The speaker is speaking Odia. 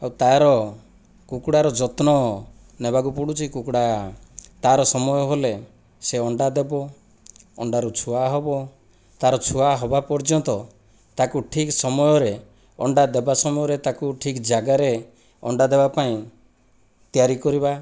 ଓ ତାର କୁକୁଡ଼ାର ଯତ୍ନ ନେବାକୁ ପଡ଼ୁଛି କୁକୁଡ଼ା ତାର ସମୟ ହେଲେ ସେ ଅଣ୍ଡା ଦେବ ଅଣ୍ଡାରୁ ଛୁଆ ହେବ ତାର ଛୁଆ ହେବା ପର୍ଯ୍ୟନ୍ତ ତାକୁ ଠିକ ସମୟରେ ଅଣ୍ଡା ଦେବା ସମୟରେ ତାକୁ ଠିକ ଜାଗାରେ ଅଣ୍ଡା ଦେବାପାଇଁ ତିଆରି କରିବା